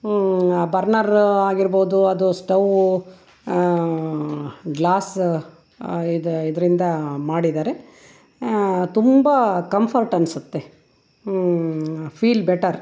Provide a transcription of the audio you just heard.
ಬರ್ನರ್ರ ಆಗಿರ್ಬೋದು ಅದು stove glass ಇದು ಇದರಿಂದ ಮಾಡಿದ್ದಾರೆ ತುಂಬ ಕಂಫರ್ಟ್ ಅನಿಸುತ್ತೆ ಫೀಲ್ ಬೆಟರ್